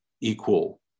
equal